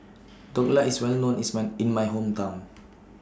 Dhokla IS Well known in My Hometown